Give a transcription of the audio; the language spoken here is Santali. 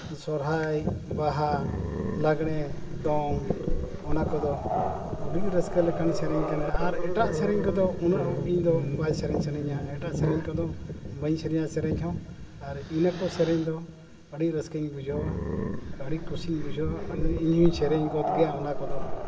ᱥᱚᱦᱚᱨᱟᱭ ᱵᱟᱦᱟ ᱞᱟᱜᱽᱬᱮ ᱫᱚᱝ ᱚᱱᱟ ᱠᱚᱫᱚ ᱟᱹᱰᱤ ᱨᱟᱹᱥᱠᱟᱹ ᱞᱮᱠᱟᱱ ᱥᱮᱨᱮᱧ ᱠᱟᱱᱟ ᱟᱨ ᱮᱴᱟᱜ ᱥᱮᱨᱮᱧ ᱠᱚᱫᱚ ᱩᱱᱟᱹᱜ ᱤᱧᱫᱚ ᱵᱟᱭ ᱥᱮᱨᱮᱧ ᱥᱟᱱᱟᱧᱟ ᱮᱴᱟᱜ ᱥᱮᱨᱮᱧ ᱠᱚᱫᱚ ᱵᱟᱹᱧ ᱥᱮᱨᱮᱧᱟ ᱥᱮᱨᱮᱧᱦᱚᱸ ᱟᱨ ᱤᱱᱟᱹ ᱠᱚ ᱥᱮᱨᱮᱧ ᱫᱚ ᱟᱹᱰᱤ ᱨᱟᱹᱥᱠᱟᱹᱧ ᱵᱩᱡᱷᱟᱹᱣᱟ ᱟᱹᱰᱤ ᱠᱩᱥᱤᱧ ᱵᱩᱡᱷᱟᱹᱣᱟ ᱤᱧᱦᱚᱧ ᱥᱮᱨᱮᱧ ᱜᱚᱫ ᱜᱮᱭᱟ ᱚᱱᱟ ᱠᱚᱫᱚ